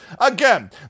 Again